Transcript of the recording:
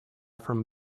from